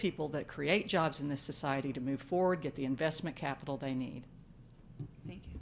people that create jobs in the society to move forward get the investment capital they need